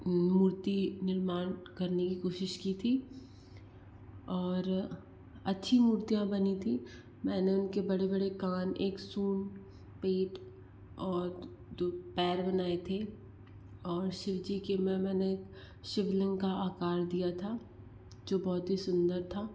मूर्ति निर्माण करने की कोशिश की थी और अच्छी मूर्तियाँ बनी थीं मैंने उनके बड़े बड़े कान एक सूंड पेट और दो पैर बनाए थे और शिव जी के मैंने एक शिवलिंग का आकर दिया था जो बहुत ही सुन्दर था